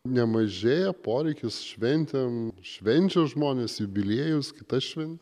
nemažėja poreikis šventėm švenčia žmonės jubiliejus kitas šven